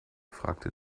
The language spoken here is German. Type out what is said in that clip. fragte